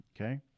Okay